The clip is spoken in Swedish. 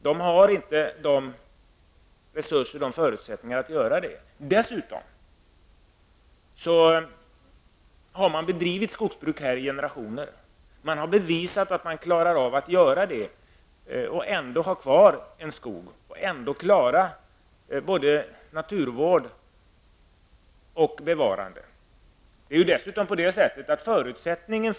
De har inte förutsättningarna för att klara detta. De små brukarna har bedrivit skogsbruk i generationer, och de har bevisat att de klarar att utöva naturvård och samtidigt bevara skogen.